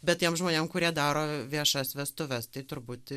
bet tiem žmonėm kurie daro viešas vestuves tai turbūt